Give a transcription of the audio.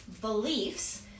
beliefs